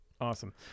Awesome